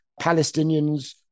Palestinians